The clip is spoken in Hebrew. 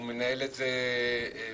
הוא מנהל את זה כמובן,